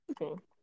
Okay